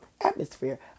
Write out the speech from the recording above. atmosphere